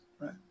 right